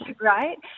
Right